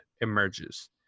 emerges